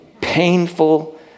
painful